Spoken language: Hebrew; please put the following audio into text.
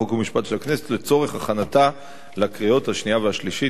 חוק ומשפט של הכנסת לצורך הכנתה לקריאות השנייה והשלישית.